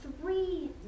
three